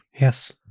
Yes